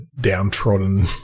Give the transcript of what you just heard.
downtrodden